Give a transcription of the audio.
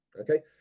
okay